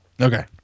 Okay